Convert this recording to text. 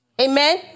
Amen